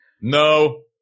No